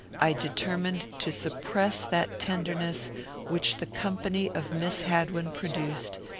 i determined to suppress that tenderness which the company of miss hadwin produced,